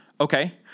Okay